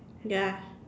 ya